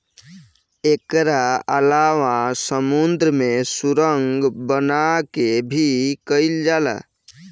एकरा अलावा समुंद्र में सुरंग बना के भी कईल जाला